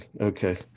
Okay